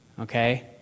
Okay